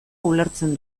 ulertzen